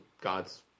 God's